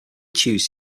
choose